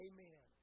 Amen